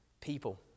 people